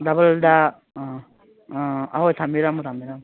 ꯗꯕꯜꯗ ꯑꯥ ꯑꯥ ꯑꯧ ꯊꯝꯕꯤꯔꯝꯃꯣ ꯊꯝꯕꯤꯔꯝꯃꯣ